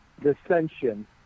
dissension